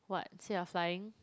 what instead of flying